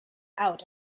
out